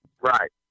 Right